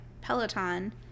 Peloton